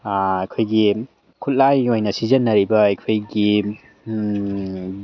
ꯑꯩꯈꯣꯏꯒꯤ ꯈꯨꯠꯂꯥꯏ ꯑꯣꯏꯅ ꯁꯤꯖꯤꯟꯅꯔꯤꯕ ꯑꯩꯈꯣꯏꯒꯤ